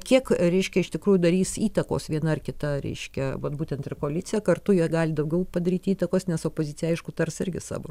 kiek reiškia iš tikrųjų darys įtakos viena ar kita reiškia vat būtent ir koalicija kartu jie gali daugiau padaryti įtakos nes opozicija aišku tars irgi savo